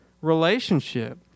relationship